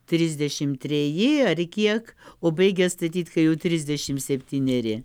trisdešimt treji ar kiek o baigia statyti kai jau trisdešimt septyneri